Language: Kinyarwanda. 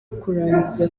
kurangiza